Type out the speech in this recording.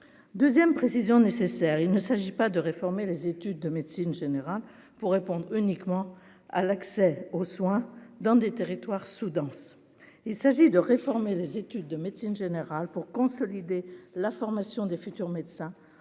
2ème précision nécessaire, il ne s'agit pas de réformer les études de médecine générale pour répondre uniquement à l'accès aux soins dans des territoires sous-denses, il s'agit de réformer les études de médecine générale pour consolider la formation des futurs médecins